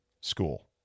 school